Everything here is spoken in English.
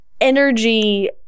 energy